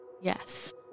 Yes